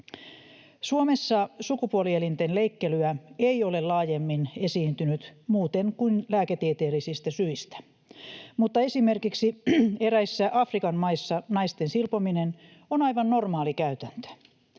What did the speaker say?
Suomessa sukupuolielinten leikkelyä ei ole laajemmin esiintynyt muuten kuin lääketieteellisistä syistä, mutta esimerkiksi eräissä Afrikan maissa naisten silpominen on aivan normaali käytäntö.